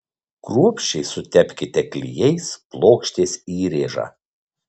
kruopščiai sutepkite klijais plokštės įrėžą